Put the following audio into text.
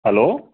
hello